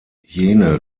jene